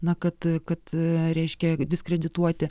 na kad kad reiškia diskredituoti